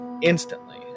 instantly